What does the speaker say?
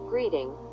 greeting